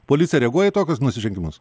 policija reaguoja į tokius nusižengimus